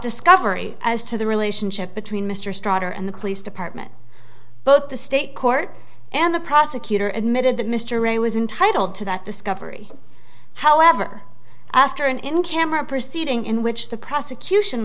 discovery as to the relationship between mr stronger and the police department both the state court and the prosecutor admitted that mr ray was entitled to that discovery however after an in camera proceeding in which the prosecution